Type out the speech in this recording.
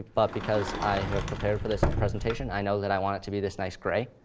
but because i have prepared for this presentation, i know that i want it to be this nice grey.